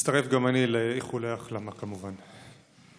גם אני מצטרף לאיחולי ההחלמה, כמובן.